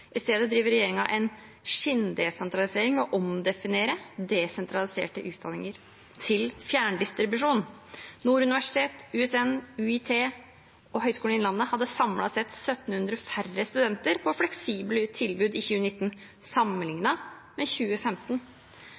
I stedet driver regjeringen en skinndesentralisering ved å omdefinere desentraliserte utdanninger til fjerndistribusjon. Nord universitet, USN, UiT og Høgskolen i Innlandet hadde samlet sett 1 700 færre studenter på fleksible tilbud i 2019 sammenlignet med 2015.